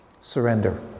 Surrender